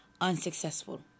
unsuccessful